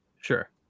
Sure